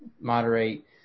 moderate